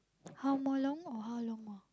how more long or how long more